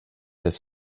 his